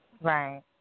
Right